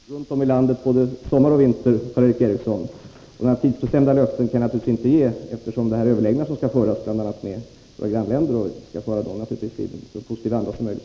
Herr talman! Turister finns det numera runt om i landet både sommar och vinter. Några tidsbestämda löften kan jag inte ge Karl Erik Eriksson, eftersom överläggningar skall föras bl.a. med våra grannländer. Från vår sida skall vi naturligtvis föra dem i så positiv anda som möjligt.